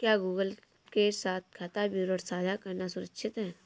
क्या गूगल के साथ खाता विवरण साझा करना सुरक्षित है?